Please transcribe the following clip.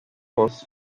was